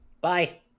Bye